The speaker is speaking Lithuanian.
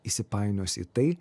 įsipainios į tai